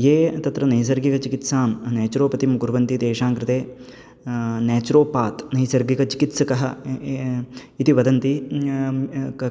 ये तत्र नैसर्गिकचिकित्सां नेचुरोपतिं कुर्वन्ति तेषाङ्कृते नेचुरोपात् नैसर्गिकचिकित्सकः इति वदन्ति